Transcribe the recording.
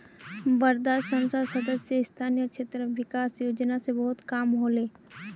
वर्धात संसद सदस्य स्थानीय क्षेत्र विकास योजना स बहुत काम ह ले